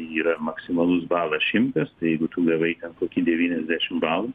yra maksimalus balas šimtas jeigu tu gavai kokį devyniasdešim balų